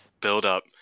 build-up